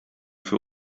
für